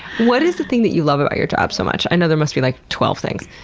what is the thing that you love about your job so much. i know there must be, like, twelve things.